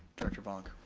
director vonck.